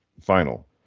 final